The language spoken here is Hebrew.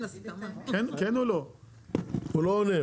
הוא לא עונה.